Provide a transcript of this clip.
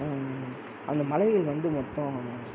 அந்த மலையில் வந்து மொத்தம்